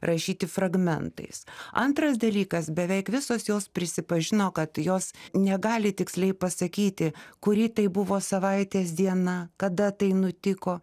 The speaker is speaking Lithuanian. rašyti fragmentais antras dalykas beveik visos jos prisipažino kad jos negali tiksliai pasakyti kuri tai buvo savaitės diena kada tai nutiko